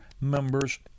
members